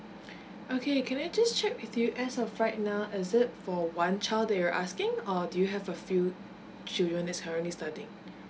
okay can I just check with you as of right now is it for one child that you're asking or do you have a few children is currently studying